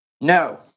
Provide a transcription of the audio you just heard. no